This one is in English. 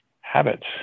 habits